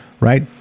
right